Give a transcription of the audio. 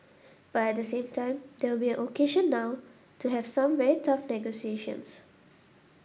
but at the same time there will be an occasion now to have some very tough negotiations